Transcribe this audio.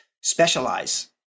specialize